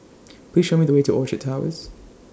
Please Show Me The Way to Orchard Towers